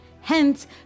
Hence